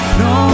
no